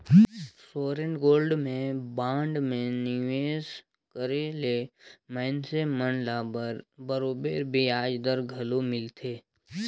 sovereign gold में bond में निवेस करे ले मइनसे मन ल बरोबेर बियाज दर घलो मिलथे